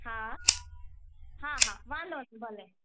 हा हा हा वांदो न भले